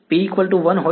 P 1 હોઈ